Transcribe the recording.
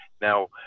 Now